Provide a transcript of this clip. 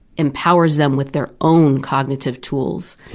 empowers them with their own cognitive tools.